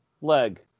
leg